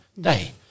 day